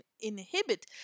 inhibit